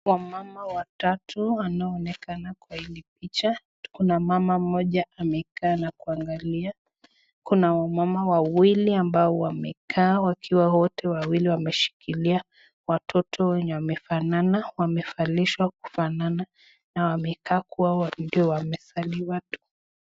Wamama watatu wanaonekana kwa hili picha, mmoja anaonekana akikaa na kuangalia kuna wamama wawili wamekaa wakiwa wote wawili waneshikilia watoto, na wamefanana wamevalishwa kufanana na wamekaa kwa vidio wakiwa wamezaliwa tu.